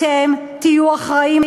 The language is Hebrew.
אתם תהיו אחראים,